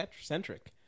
centric